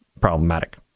problematic